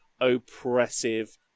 oppressive